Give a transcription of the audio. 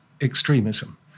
extremism